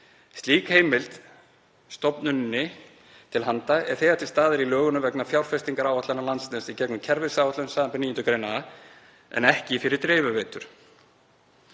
Slík heimild stofnuninni til handa er þegar til staðar í lögunum vegna fjárfestingaráætlana Landsnets í gegnum kerfisáætlun, samanber 9. gr. a, en ekki fyrir dreifiveitur.